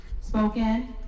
spoken